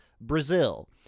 Brazil